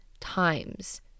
times